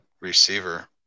receiver